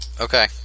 Okay